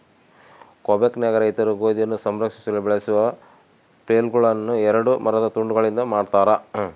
ಕ್ವಿಬೆಕ್ನಾಗ ರೈತರು ಗೋಧಿಯನ್ನು ಸಂಸ್ಕರಿಸಲು ಬಳಸುವ ಫ್ಲೇಲ್ಗಳುನ್ನ ಎರಡು ಮರದ ತುಂಡುಗಳಿಂದ ಮಾಡತಾರ